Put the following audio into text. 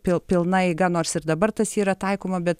pil pilna eiga nors ir dabar tas yra taikoma bet